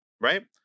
right